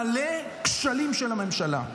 מלא כשלים של הממשלה.